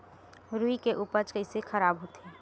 रुई के उपज कइसे खराब होथे?